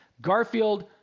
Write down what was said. Garfield